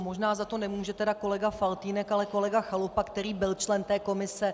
Možná za to nemůže kolega Faltýnek, ale kolega Chalupa, který byl člen té komise.